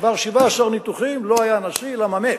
עבר 17 ניתוחים, לא היה נשיא, למה מת.